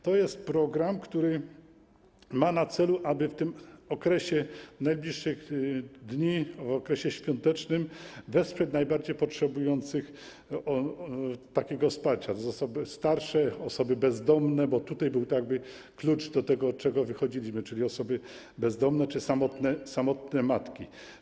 To jest program, który ma na celu, aby w okresie najbliższych dni, w okresie świątecznym wesprzeć najbardziej potrzebujących takiego wsparcia, osoby starsze, osoby bezdomne, bo tutaj był klucz do tego, od czego wychodziliśmy, czyli osoby bezdomne czy samotne matki.